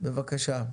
בבקשה.